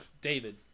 David